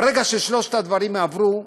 ברגע ששלושת הדברים עברו,